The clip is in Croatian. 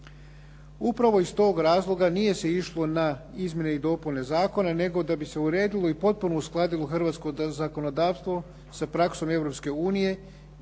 Upravo iz tog razloga nije se išlo na izmjene i dopune zakona nego da bi se uredilo i potpuno uskladilo hrvatsko zakonodavstvo sa praksom